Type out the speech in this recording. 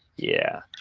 yeah.